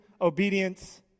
obedience